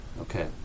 Okay